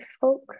folk